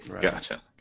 Gotcha